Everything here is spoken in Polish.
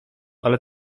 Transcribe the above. ale